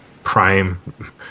prime